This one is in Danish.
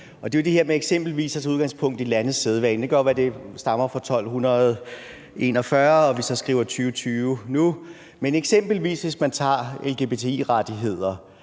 Det er jo det her med eksempelvis at tage udgangspunkt i landes sædvane. Det kan godt være, det stammer fra 1241 og vi så skriver 2020 nu. Men hvis man eksempelvis tager lgbti-rettigheder,